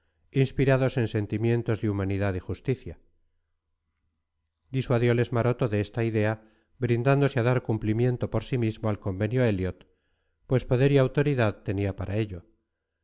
inspirados en sentimientos de humanidad y justicia disuadioles maroto de esta idea brindándose a dar cumplimiento por sí mismo al convenio elliot pues poder y autoridad tenía para ello